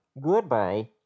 Goodbye